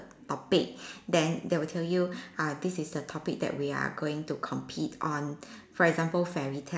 topic then they will tell you ah this is the topic that we are going to compete on for example fairy tale